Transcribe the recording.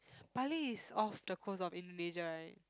Bali is off the coast of Indonesia right